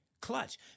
clutch